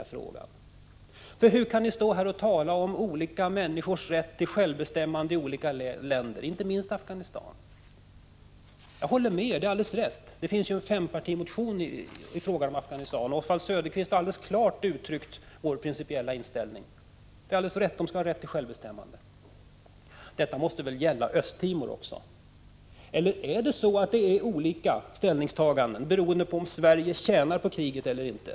Hur kan socialdemokraterna annars stå här och tala om olika människors rätt till självbestämmande i olika länder, inte minst i Afghanistan? Jag håller med om att de skall ha den rätten. Det har väckts en fempartimotion om Afghanistan, och Oswald Söderqvist har alldeles klart uttryckt vår principiella inställning, nämligen att Afghanistan skall ha rätt till självbestämmande. Detta måste väl även gälla Östra Timor, eller har man olika ställningstaganden beroende på om Sverige tjänar på kriget eller inte?